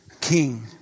King